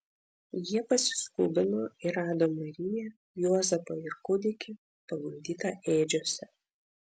jie pasiskubino ir rado mariją juozapą ir kūdikį paguldytą ėdžiose